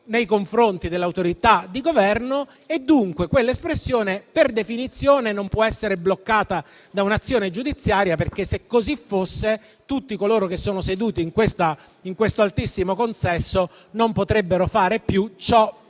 nei confronti dell'autorità di Governo: quell'espressione, per definizione, non può essere dunque bloccata da un'azione giudiziaria, perché, se così fosse, tutti coloro che sono seduti in questo altissimo consesso non potrebbero portare a